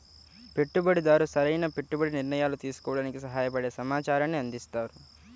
పెట్టుబడిదారు సరైన పెట్టుబడి నిర్ణయాలు తీసుకోవడానికి సహాయపడే సమాచారాన్ని అందిస్తారు